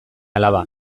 alaba